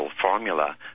formula